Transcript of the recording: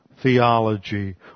theology